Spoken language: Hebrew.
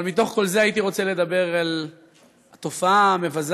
אבל מתוך כל זה הייתי רוצה לדבר על התופעה המבזה